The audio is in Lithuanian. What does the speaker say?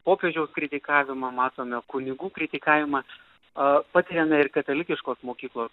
popiežiaus kritikavimą matome kunigų kritikavimą a patiriame ir katalikiškos mokyklos